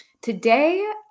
Today